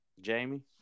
Jamie